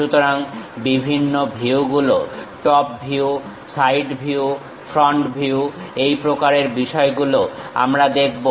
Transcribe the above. সুতরাং বিভিন্ন ভিউগুলো top view side view front view এই প্রকারের বিষয়গুলো আমরা দেখব